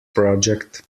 project